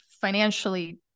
financially